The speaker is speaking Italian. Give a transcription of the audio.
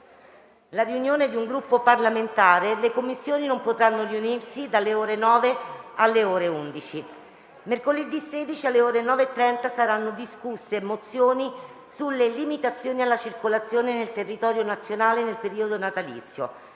la riunione di un Gruppo parlamentare, le Commissioni non potranno riunirsi dalle ore 9 alle ore 11. Mercoledì 16, alle ore 9,30, saranno discusse mozioni sulle limitazioni alla circolazione nel territorio nazionale nel periodo natalizio.